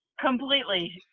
completely